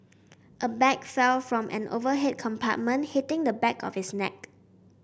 a bag fell from an overhead compartment hitting the back of his neck